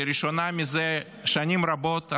לראשונה מזה שנים רבות,